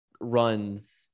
runs